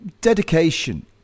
dedication